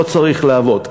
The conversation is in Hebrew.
לא צריך לעבוד.